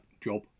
job